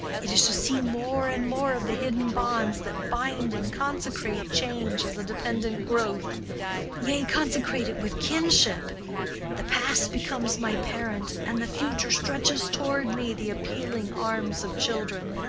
it is to see more and more of the hidden bonds that bind and consecrate change as a dependent growth yea, consecrate it with kinship the past becomes my parent and the future stretches toward me the appealing arms of children.